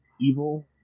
evil